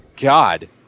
God